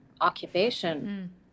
occupation